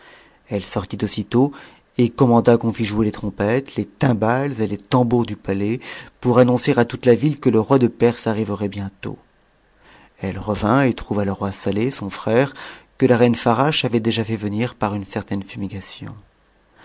elle sortit aussitôt et commanda qu'on ht jouer les trompettes les timhales et les tambours du palais pour annoncer à toute la ville que le roi de perse arriverait bientôt elle revint et trouva le roi sateh son frère que la reine farasche avait déjà fait venir par une certaine